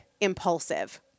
impulsive